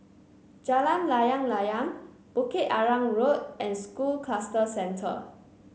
Jalan Layang Layang Bukit Arang Road and School Cluster Centre